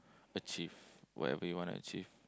achieve whatever you want to achieve